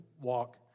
walk